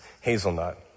hazelnut